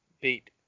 beat